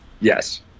yes